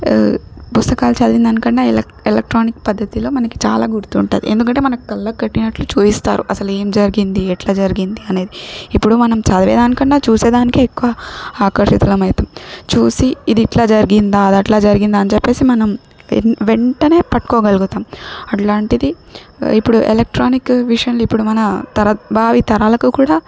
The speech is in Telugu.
పుస్తకాలు చదివిందానికన్నా ఎలక్ ఎలక్ట్రానిక్ పద్ధతిలో మనకి చాలా గుర్తుంటుంది ఎందుకంటే మనకు కళ్ళకు కట్టినట్లు చూయిస్తారు అసలు ఏం జరిగింది ఎట్ల జరిగింది అనేది ఇప్పుడు మనం చదివేదానికన్నా చూసేదానికే ఎక్కువ ఆకర్షితులమైతాం చూసి ఇదిట్ల జరిగిందా అదట్ల జరిగిందా అని చెప్పేసి మనం వెన్ వెంటనే పట్టుకోగలుగుతాం అట్లాంటిది ఇప్పుడు ఎలక్ట్రానిక్ విషన్లు ఇప్పుడు మన తరత్ భావితరాలకు కూడా